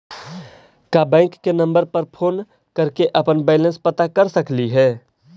का बैंक के नंबर पर फोन कर के अपन बैलेंस पता कर सकली हे?